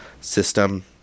system